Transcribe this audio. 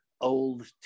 old